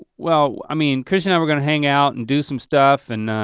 well i mean christy and i were gonna hang out and do some stuff and